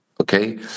Okay